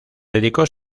dedicó